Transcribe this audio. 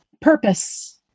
Purpose